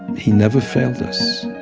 he never failed us.